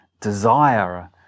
desire